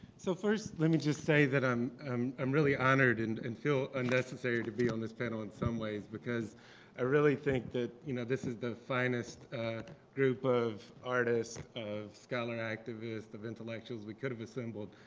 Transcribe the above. so first, let me just say that i'm um i'm really honored and and feel unnecessary to be on this panel in some ways. because i really think that you know this is the finest group of artists, of scholar-activists, of intellectuals we could have assembled.